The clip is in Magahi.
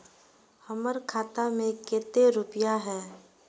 हमर खाता में केते रुपया है?